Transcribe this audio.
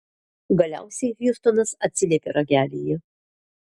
galiausiai hjustonas atsiliepė ragelyje